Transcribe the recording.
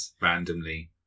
randomly